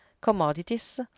commodities